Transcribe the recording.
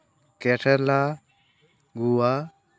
Kerala ᱜᱩᱣᱟ